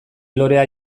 lorea